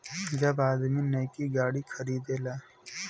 जब आदमी नैकी गाड़ी खरीदेला